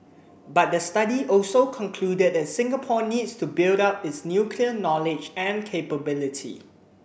but the study also concluded that Singapore needs to build up its nuclear knowledge and capability